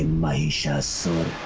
mahishasura